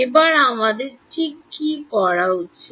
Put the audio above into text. এবার আমাদের এটি ঠিক করা উচিত